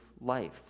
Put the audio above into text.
life